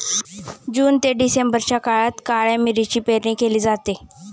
जून ते डिसेंबरच्या काळात काळ्या मिरीची पेरणी केली जाते